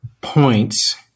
points